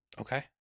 Okay